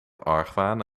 argwaan